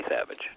Savage